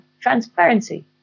transparency